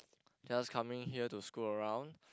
just coming here to stroll around